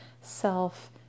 self